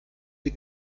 sie